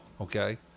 okay